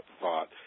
thought